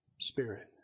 Spirit